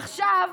עכשיו,